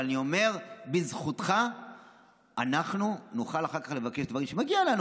אבל אני אומר: בזכותך אנחנו נוכל אחר כך לבקש דברים שמגיעים לנו,